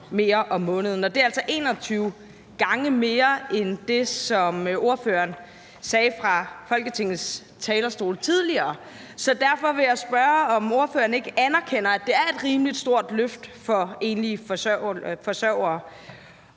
mere om måneden, og det er altså 21 gange mere end det, som ordføreren tidligere sagde fra Folketingets talerstol. Så derfor vil jeg spørge, om ordføreren ikke anerkender, at det er et rimelig stort løft for enlige forsørgere,